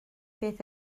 beth